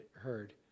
heard